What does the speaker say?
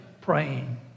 praying